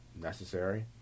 necessary